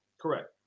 Correct